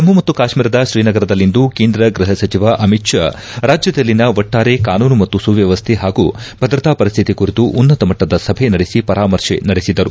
ಜಮ್ನು ಮತ್ತು ಕಾಶ್ತೀರದ ಶ್ರೀನಗರದಲ್ಲಿಂದು ಕೇಂದ್ರ ಗ್ವಹ ಸಚಿವ ಅಮಿತ್ ಷಾ ರಾಜ್ಯದಲ್ಲಿನ ಒಟ್ಟಾರೆ ಕಾನೂನು ಮತ್ತು ಸುವ್ಯವಸ್ಥೆ ಹಾಗೂ ಭದ್ರತಾ ಪರಿಸ್ಥಿತಿ ಕುರಿತು ಉನ್ನತಮಟ್ಟದ ಸಭೆ ನಡೆಸಿ ಪರಾಮರ್ಶೆ ನಡೆಸಿದರು